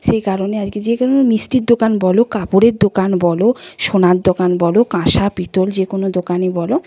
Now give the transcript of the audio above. সেই কারণে আজকে যে কারণে মিষ্টির দোকান বলো কাপড়ের দোকান বলো সোনার দোকান বলো কাঁসা পিতল যে কোনও দোকানই বলো